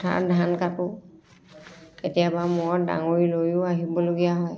পথাৰত ধান কাটো কেতিয়াবা মূৰত ডাঙৰি লৈয়ো আহিবলগীয়া হয়